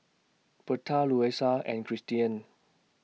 Berta Luisa and Kristian